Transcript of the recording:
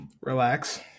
Relax